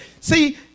See